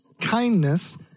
kindness